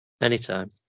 Anytime